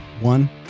One